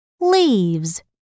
Leaves